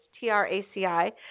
T-R-A-C-I